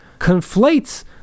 conflates